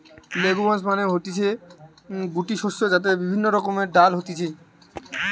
legumes মানে হতিছে গুটি শস্য যাতে বিভিন্ন রকমের ডাল হতিছে